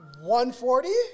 140